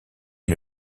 une